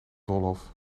doolhof